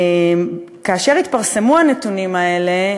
כאשר התפרסמו הנתונים האלה,